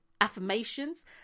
affirmations